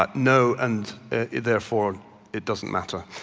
but no and therefore it doesn't matter.